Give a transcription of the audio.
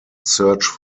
search